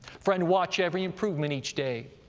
friend, watch every improvement each day.